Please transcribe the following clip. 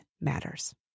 matters